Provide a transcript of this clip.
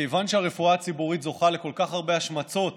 מכיוון שהרפואה הציבורית זוכה לכל כך הרבה השמצות